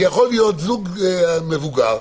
כי מגיע זוג מבוגר,